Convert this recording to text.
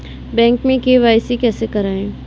Bank में KYC कैसे करायें?